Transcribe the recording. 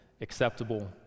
acceptable